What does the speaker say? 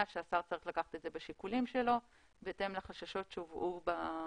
שהשר צריך לקחת את זה בשיקולים שלו בהתאם לחששות שהובעו בוועדה.